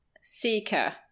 seeker